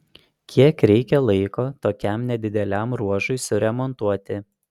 kiek reikia laiko tokiam nedideliam ruožui suremontuoti